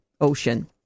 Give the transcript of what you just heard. Ocean